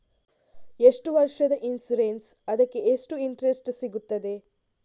ಎಷ್ಟು ವರ್ಷದ ಇನ್ಸೂರೆನ್ಸ್ ಅದಕ್ಕೆ ಎಷ್ಟು ಇಂಟ್ರೆಸ್ಟ್ ಸಿಗುತ್ತದೆ?